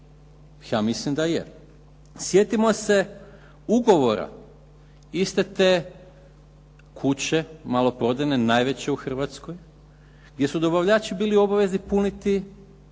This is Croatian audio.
Ja mislim da je. Sjetimo se ugovora iste te kuće maloprodajne, najveće u Hrvatskoj, gdje su dobavljači bili obavezni puniti